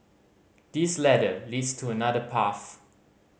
this ladder leads to another path